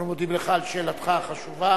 אנחנו מודים לך על שאלתך החשובה.